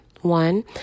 One